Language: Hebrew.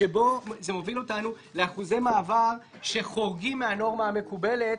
שמוביל אותנו לאחוזי מעבר שחורגים מהנורמה המקובלת